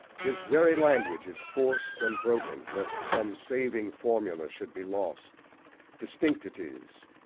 his very language is forced and broken lest some saving formula should be lost distinctities,